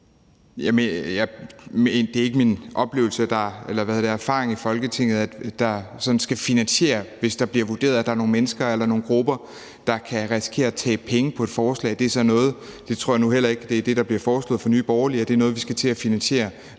Det er ikke min erfaring i Folketinget, at det sådan skal finansieres, hvis det bliver vurderet, at der er nogle mennesker eller nogle grupper, der kan risikere at tabe penge på et forslag. Det tror jeg nu heller ikke er det, der bliver foreslået fra Nye Borgerlige – at vi skal til finansiere